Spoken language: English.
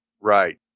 Right